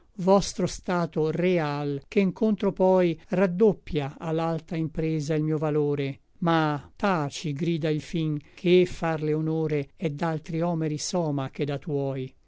vostro stato real che ncontro poi raddoppia a l'alta impresa il mio valore ma taci grida il fin ché farle honore è d'altri homeri soma che da tuoi